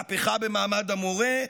מהפכה במעמד המורה?